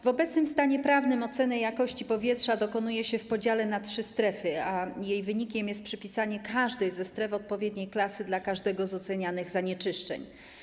W obecnym stanie prawnym oceny jakości powietrza dokonuje się w podziale na trzy strefy, a jej wynikiem jest przypisanie każdej ze stref odpowiedniej klasy, odpowiadającej każdemu z ocenianych zanieczyszczeń.